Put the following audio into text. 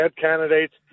candidates